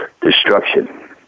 destruction